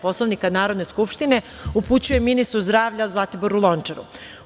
Poslovnika Narodna skupštine, upućujem ministru zdravlja Zlatiboru Lončaru.